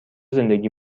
زندگی